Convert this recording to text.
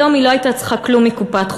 היום היא לא הייתה צריכה כלום מקופת-חולים,